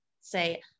say